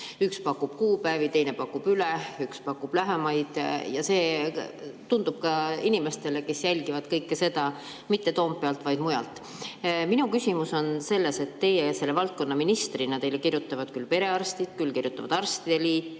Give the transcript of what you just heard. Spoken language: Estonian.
Üks pakub kuupäevi, teine pakub üle, pakub lähemaid. See tundub nii ka inimestele, kes jälgivad kõike seda mitte Toompealt, vaid mujalt. Minu küsimus on selles, et teile kui selle valdkonna ministrile kirjutavad küll perearstid, küll arstide liit,